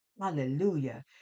Hallelujah